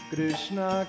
Krishna